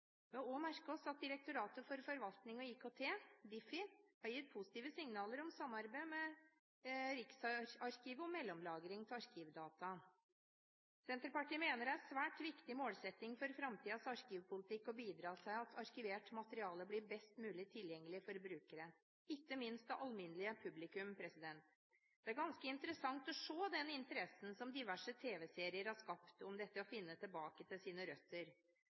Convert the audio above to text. Vi har òg merket oss at Direktoratet for forvaltning og IKT, Difi, har gitt positive signaler om samarbeid med Riksarkivet om mellomlagring av arkivdata. Senterpartiet mener det er en svært viktig målsetting for framtidens arkivpolitikk å bidra til at arkivert materiale blir best mulig tilgjengelig for brukere – ikke minst det alminnelige publikum. Det er ganske interessant å se den interessen som diverse tv-serier har skapt om det å finne tilbake til sine røtter.